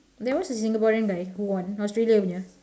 there was a singaporean guy who won australia one ya